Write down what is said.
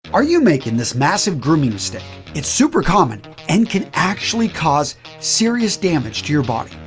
are you making this massive grooming mistake? it's super common and can actually cause serious damage to your body.